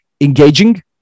engaging